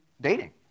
dating